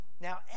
Now